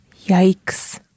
Yikes